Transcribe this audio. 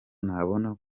nabona